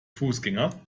fußgänger